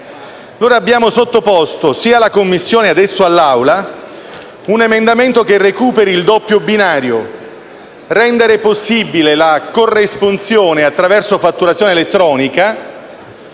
Abbiamo sottoposto sia alla Commissione, sia ora all'Assemblea un emendamento che recuperi il doppio binario: rendere possibile la corresponsione attraverso fatturazione elettronica